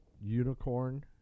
unicorn